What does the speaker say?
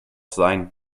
sein